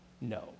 No